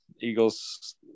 Eagles